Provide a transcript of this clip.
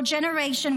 For generations,